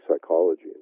psychology